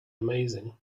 amazing